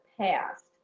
past